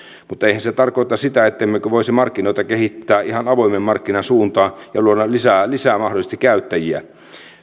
mutta eihän se tarkoita sitä ettemmekö voisi markkinoita kehittää ihan avoimen markkinan suuntaan ja luoda lisää lisää mahdollisesti käyttäjiä